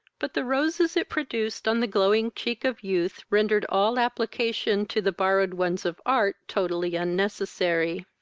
but the roses it produced on the glowing cheek of youth rendered all application to the borrowed ones of art totally unnecessary.